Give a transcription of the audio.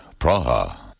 Praha